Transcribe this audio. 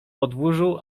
podwórzu